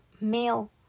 male